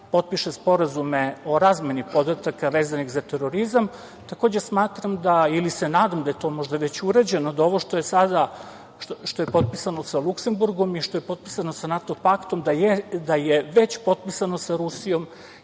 potpiše sporazume o razmeni podataka vezanih za terorizam, takođe smatram da, ili se nadam da je to možda već urađeno, da ovo što je sada potpisano sa Luksemburgom i što je potpisano sa NATO paktom da je već potpisano sa Rusijom